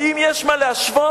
האם יש מה להשוות?